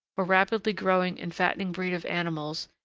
or rapidly growing and fattening breed of animals,